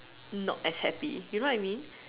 not as happy you know what I mean